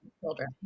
children